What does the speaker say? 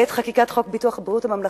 בעת חקיקת חוק ביטוח בריאות ממלכתי,